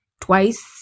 twice